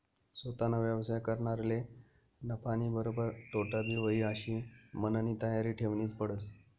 सोताना व्यवसाय करनारले नफानीबरोबर तोटाबी व्हयी आशी मननी तयारी ठेवनीच पडस